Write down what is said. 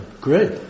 Great